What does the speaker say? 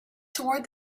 toward